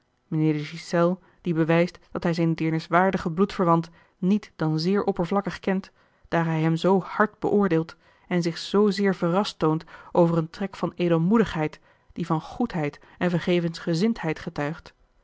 mijnheer de ghiselles die bewijst dat hij zijn deerniswaardigen bloedverwant niet dan zeer oppervlakkig kent daar hij hem zoo hard beoordeelt en zich zoozeer verrast toont over een trek van edelmoedigheid die van goedheid en vergevensgezindheid getuigt